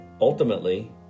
ultimately